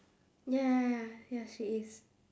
ya ya ya ya she is